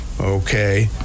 okay